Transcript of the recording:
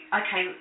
okay